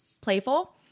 playful